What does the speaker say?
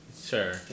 Sure